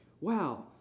wow